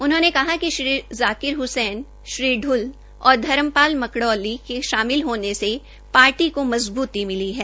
उन्होंने कहा कि श्रीजाकिर हसैन श्री ल और धर्मपाल मकडौली के शामिल होने से पार्टी को मजबूती मिली है